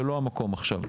זה לא המקום עכשיו.